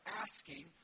asking